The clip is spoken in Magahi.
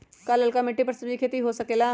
का लालका मिट्टी कर सब्जी के भी खेती हो सकेला?